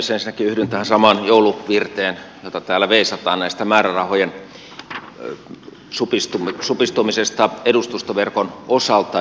ensinnäkin yhdyn tähän samaan jouluvirteen jota täällä veisataan näistä määrärahojen supistumisista edustustoverkon osalta